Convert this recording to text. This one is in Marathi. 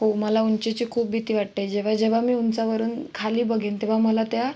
हो मला उंचीची खूप भीती वाटते जेव्हा जेव्हा मी उंचावरून खाली बघेन तेव्हा मला त्या